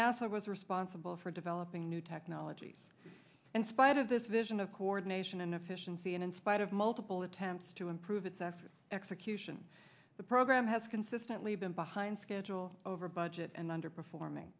nasa was responsible for developing new technologies in spite of this vision of coordination and efficiency and in spite of multiple attempts to improve its effort execution the program has consistently been behind schedule over budget and under performing